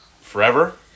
forever